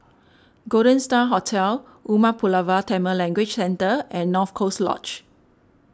Golden Star Hotel Umar Pulavar Tamil Language Centre and North Coast Lodge